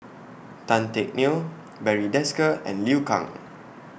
Tan Teck Neo Barry Desker and Liu Kang